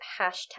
hashtag